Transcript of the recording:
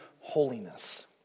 holiness